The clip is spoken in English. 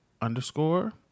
underscore